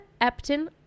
Epton